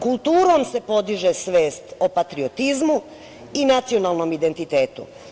Kulturom se podiže svest o patriotizmu i nacionalnom identitetu.